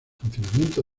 funcionamiento